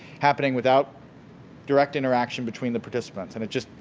happening without direct interaction between the participants and it just,